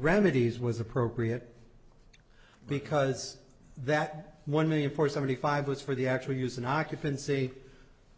remedies was appropriate because that one million four seventy five was for the actual use in occupancy